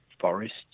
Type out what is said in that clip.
forests